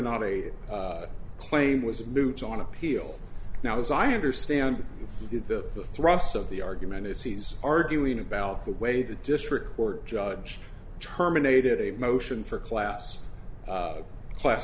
not a claim was moot on appeal now as i understand it that the thrust of the argument is he's arguing about the way the district court judge terminated a motion for class a class